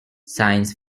science